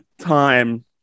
time